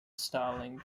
starling